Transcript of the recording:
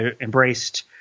embraced